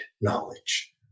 knowledge